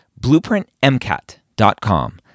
BlueprintMCAT.com